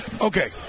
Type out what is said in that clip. Okay